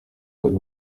bari